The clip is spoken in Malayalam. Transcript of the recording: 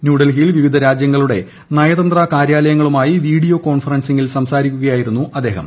ന്യൂഡൽഹിയിൽ വിവിധ രാജ്യങ്ങളുടെ നയതന്ത്ര കാര്യാലയങ്ങളുമായി വീഡിയോ കോൺഫറൻസിംഗിൽ സംസാരിക്കുകയായിരുന്നു അദ്ദേഹം